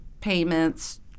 payments